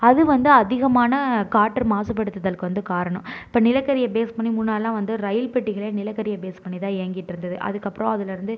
அது வந்து அதிகமான காற்று மாசுபடுத்துதலுக்கு வந்து காரணம் இப்போ நிலக்கரியை பேஸ் பண்ணி முன்னாடிலாம் வந்து ரயில்பெட்டிகளே நிலக்கரியை பேஸ் பண்ணி தான் இயங்கிட்டிருந்தது அதுக்கப்புறம் அதுலேருந்து